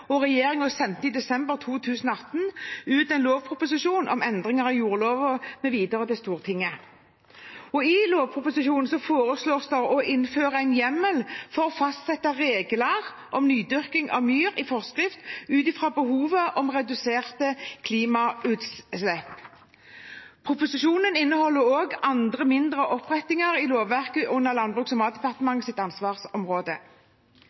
og regjeringen sendte i desember 2018 ut en lovproposisjon om endringer av jordloven mv. til Stortinget. I lovproposisjonen foreslås det å innføre en hjemmel for å fastsette regler om nydyrking av myr i forskrift ut i fra behovet for reduserte klimagassutslipp. Proposisjonen inneholder også andre, mindre opprettinger i lovverket under Landbruks- og